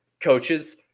coaches –